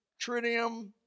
tritium